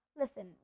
Listen